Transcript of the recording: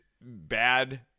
bad